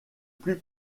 plus